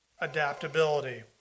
adaptability